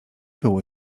było